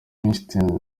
weinstein